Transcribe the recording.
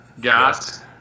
got